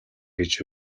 гэж